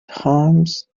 harms